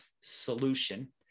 solution